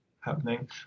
happening